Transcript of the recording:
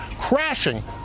crashing